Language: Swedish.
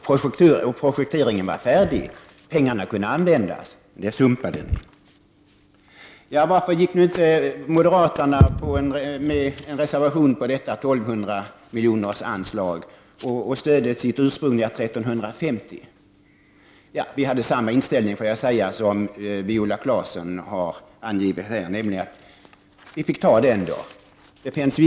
Projekteringen var färdig, och pengarna kunde användas — men detta sumpade ni. Varför reserverade sig då inte moderaterna mot detta 1 200-miljonersanslag för att i stället stödja sitt ursprungliga förslag på 1 350 miljoner? Vi hade samma inställning i denna fråga som den som Viola Claesson har angivit, nämligen att vi fick lov att acceptera det anslaget.